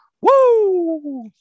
Woo